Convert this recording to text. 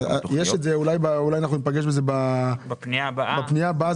אולי אנחנו ניפגש בזה בפנייה הבאה,